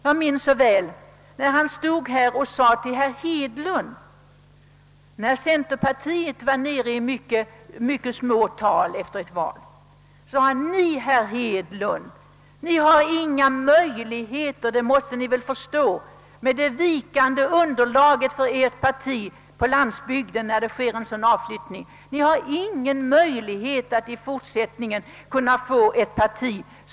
Jag minns så väl när han sade till herr Hedlund, sedan centerpartiet efter ett val kommit ned till mycket små tal: Ni, herr Hedlund måste förstå, att med det vikande underlaget för ert parti på landsbygden, där det sker en sådan avflyttning, har ni i fortsättningen inga möjligheter åstadkomma en tillväxt av partiet.